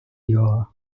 його